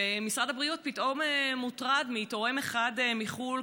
ומשרד הבריאות פתאום מוטרד מתורם אחד מחו"ל,